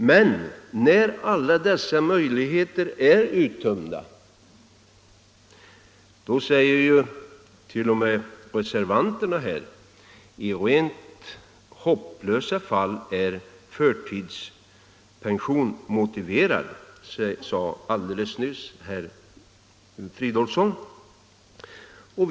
Men när alla dessa möjligheter är uttömda, då säger t.o.m. reservanterna att förtidspension är motiverad i rent hopplösa fall. Det sade herr Fridolfsson alldeles nyss.